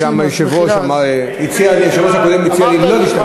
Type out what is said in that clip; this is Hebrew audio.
וגם היושב-ראש הציע לי לא להשתמש,